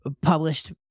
published